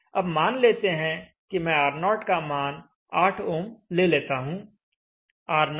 अब मान लेते हैं कि मैं R0 का मान 8 ओम ले लेता हूं